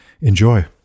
enjoy